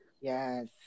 Yes